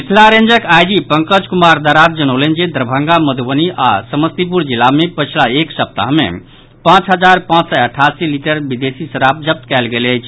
मिथिला रेंजक आईजी पंकज कुमार दाराद जनौलनि जे दरभंगा मधुबनी आओर समस्तीपुर जिला मे पछिला एक सप्ताह मे पांच हजार पांच सय अठासी लीटर विदेशी शराब जब्त कयल गेल अछि